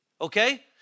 Okay